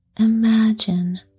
Imagine